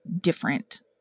different